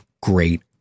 great